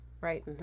right